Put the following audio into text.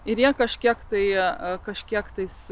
ir jie kažkiek tai jie kažkiek tais